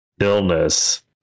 illness